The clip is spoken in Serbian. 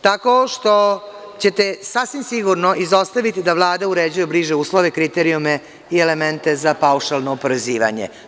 Tako što ćete sasvim sigurno izostaviti da Vlada uređuje bliže uslove, kriterijume i elemente za paušalno oporezivanje.